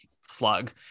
slug